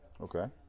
Okay